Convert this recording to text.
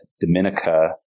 Dominica